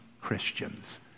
Christians